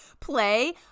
play